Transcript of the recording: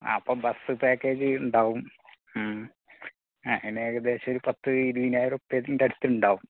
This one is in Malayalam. ആ അപ്പം ബസ്സ് പാക്കേജ് ഉണ്ടാകും ഉം ആ അതിന് ഏകദേശം ഒരു പത്ത് ഇരുപതിനായിരം രൂപയുടെ അടുത്തുണ്ടാകും